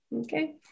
Okay